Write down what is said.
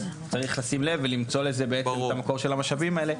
צריך לשים לב ולמצוא לזה בעצם את המקור של המשאבים האלה.